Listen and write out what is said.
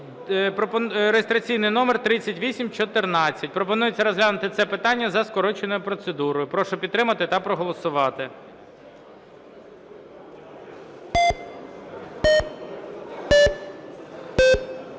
(реєстраційний номер 3814). Пропонується розглянути це питання за скороченою процедурою. Прошу підтримати та проголосувати.